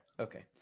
Okay